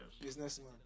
businessman